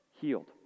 healed